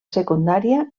secundària